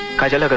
kajal! like